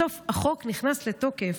בסוף החוק נכנס לתוקף,